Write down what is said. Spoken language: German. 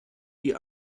die